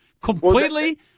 Completely